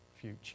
future